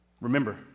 Remember